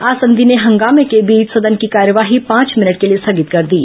आसंदी ने हंगामें के बीच सदन की कार्यवाही पांच मिनट के लिए स्थगित कर दी